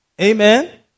Amen